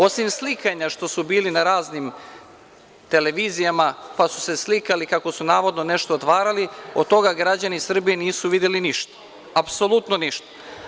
Osim slikanja što su bili na raznim televizijama, pa su se slikali kako su navodno nešto otvarali, od toga građani Srbije nisu videli ništa, apsolutno ništa.